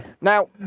now